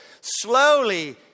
slowly